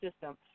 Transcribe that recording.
system